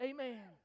Amen